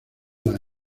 las